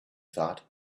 thought